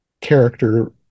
character